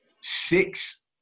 six